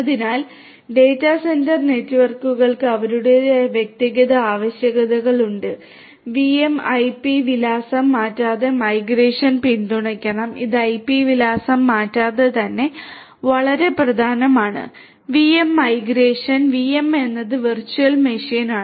അതിനാൽ data centre നെറ്റ്വർക്കുകൾക്ക് അവരുടേതായ വ്യക്തിഗത ആവശ്യകതകളുണ്ട് വിഎം ഐപി വിലാസം മാറ്റാതെ മൈഗ്രേഷൻ പിന്തുണയ്ക്കണം ഇത് ഐപി വിലാസം മാറ്റാതെ തന്നെ വളരെ പ്രധാനമാണ് വിഎം മൈഗ്രേഷൻ വിഎം എന്നത് വെർച്വൽ മെഷീനാണ്